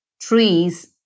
trees